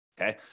okay